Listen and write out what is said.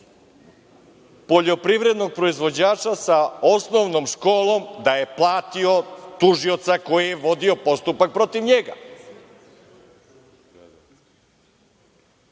poljoprivrednog proizvođača sa osnovnom školom, da je platio tužioca koji je vodio postupak protiv njega.